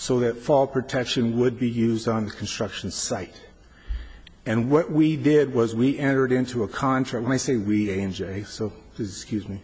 so that fall protection would be used on the construction site and what we did was we entered into a contract and i say we enjoy so is using